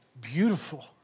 beautiful